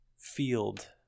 field